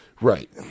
Right